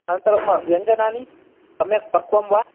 अनन्तरं व्यञ्जनानि सम्यक् पक्तं वा